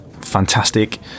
fantastic